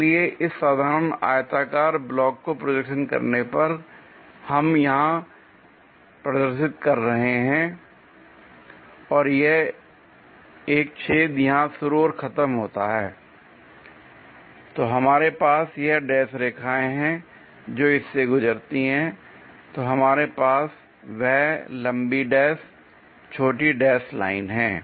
इसलिए इस साधारण आयताकार ब्लॉक को प्रोजेक्शन करने पर हम यहां प्रदर्शित कर रहे हैं और एक छेद यहां शुरू और खत्म होता है l तो हमारे पास यह डेस रेखाएं हैं जो इस से गुजरती हैं l तो हमारे पास वह लंबी डैश छोटी डैश लाइन है